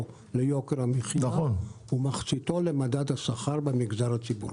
ליוקר המחיה ומחציתו למדד השכר במגזר הציבורי.